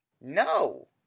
No